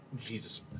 Jesus